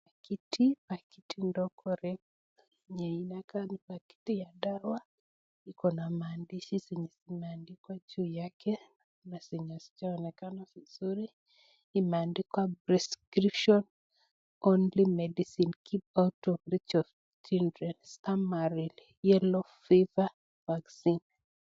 Pakiti, pakiti ndogo yenye inakaa ni pakiti ya dawa ikona mandishi yenye imeandikwa juu yake kuna yenye sijaonekana vizuri imeandikwa prescription only medicine keep out of children stamarily yellow fever vaccine .